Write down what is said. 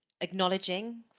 acknowledging